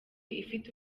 ifite